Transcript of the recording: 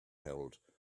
held